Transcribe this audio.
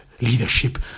leadership